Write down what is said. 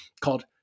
called